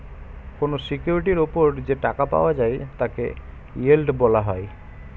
কোন সিকিউরিটির উপর যে টাকা পাওয়া যায় তাকে ইয়েল্ড বলা হয়